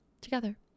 together